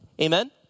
Amen